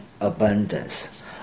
abundance